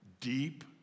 deep